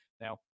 Now